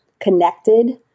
connected